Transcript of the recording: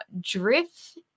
Drift